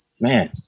man